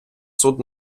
суд